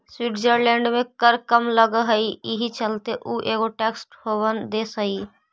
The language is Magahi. स्विट्ज़रलैंड में कर कम लग हई एहि चलते उ एगो टैक्स हेवन देश हई